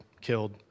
killed